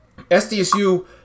SDSU